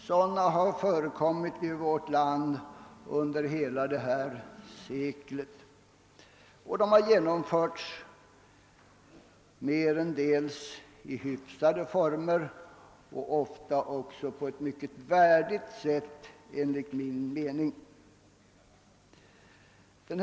Sådana har förekommit i vårt land under hela detta sekel, och de har merendels genomförts i hyfsade former och ofta också på ett enligt min mening mycket värdigt sätt.